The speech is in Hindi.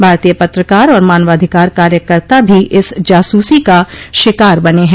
भारतीय पत्रकार और मानवाधिकार कार्यकर्ता भी इस जासूसी का शिकार बने हैं